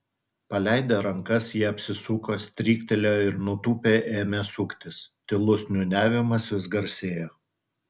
paleidę rankas jie apsisuko stryktelėjo ir nutūpę ėmė suktis tylus niūniavimas vis garsėjo